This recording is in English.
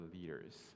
leaders